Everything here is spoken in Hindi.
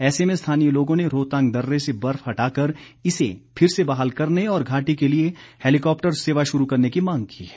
ऐसे में स्थानीय लोगों ने रोहतांग दर्रे से बर्फ हटाकर इसे फिर से बहाल करने और घाटी के लिए हैलीकॉप्टर सेवा शुरू करने की मांग की है